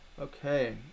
okay